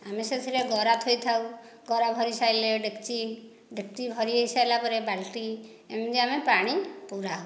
ଆମେ ସେଥିରେ ଗରା ଥୋଇଥାଉ ଗରା ଭରି ସାରିଲେ ଡେକଚି ଡେକଚି ଭରି ହୋଇ ସାରିଲା ପରେ ବାଲ୍ଟି ଏମିତି ଆମେ ପାଣି ପୂରାଉ